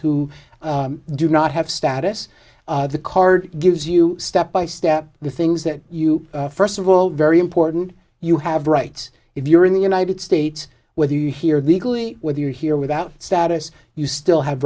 who do not have status the card gives you step by step the things that you first of all very important you have rights if you're in the united states whether you here illegally whether you're here without status you still have